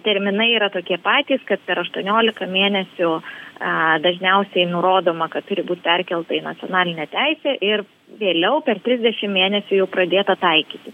terminai yra tokie patys kad per aštuoniolika mėnesių a dažniausiai nurodoma kad turi būt perkelta į nacionalinę teisę ir vėliau per trisdešim mėnesių jau pradėta taikyt